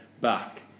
back